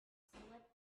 slip